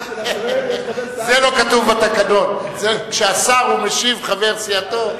זה לא כתוב בתקנון, כשהשר משיב והוא חבר סיעתו.